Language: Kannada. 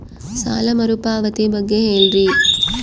ಸಾಲ ಮರುಪಾವತಿ ಬಗ್ಗೆ ಹೇಳ್ರಿ?